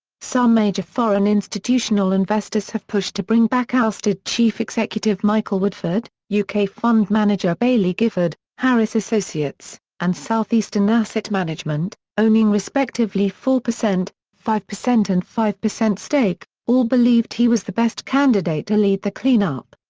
some major foreign institutional investors have pushed to bring back ousted chief executive michael woodford yeah uk fund manager baillie gifford, harris associates, and southeastern asset management, owning respectively four percent, five percent and five percent stake, all believed he was the best candidate to lead the clean-up.